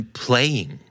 playing